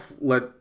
let